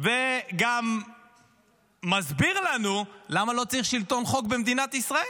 וגם מסביר לנו למה לא צריך שלטון חוק במדינת ישראל.